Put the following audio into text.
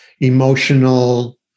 emotional